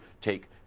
take